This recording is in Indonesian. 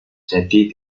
jadi